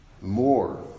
more